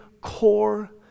core